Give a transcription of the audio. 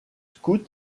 scout